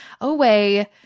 away